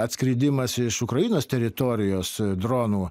atskridimas iš ukrainos teritorijos dronų